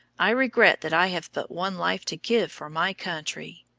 i regret that i have but one life to give for my country'?